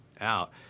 out